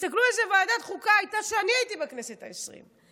תסתכלו איזו ועדת חוקה הייתה כשאני הייתי בכנסת העשרים,